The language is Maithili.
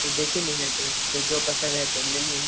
देखी लीहऽ तौँ जँ पसन्द हेतहुँ ले लीहऽ